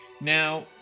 Now